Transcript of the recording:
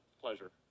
pleasure